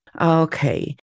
Okay